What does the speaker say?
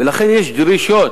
ולכן יש דרישות.